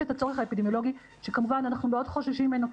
יש את הצורך האפידמיולוגי שכמובן אנחנו מאוד חוששים ממנו,